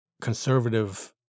conservative